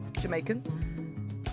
Jamaican